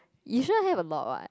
you sure have a lot what